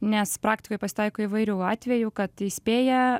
nes praktikoj pasitaiko įvairių atvejų kad įspėja